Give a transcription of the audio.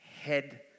head